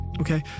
okay